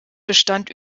bestand